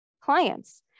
clients